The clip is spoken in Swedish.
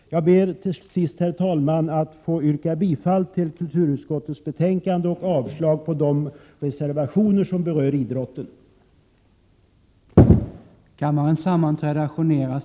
Jag ber till sist, herr talman, att få yrka bifall till hemställan i kulturutskottets betänkande 20 och avslag på de reservationer som berör idrottsfrågorna.